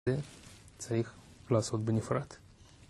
זה, צריך לעשות בנפרד.